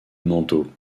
manteau